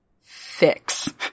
fix